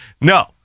No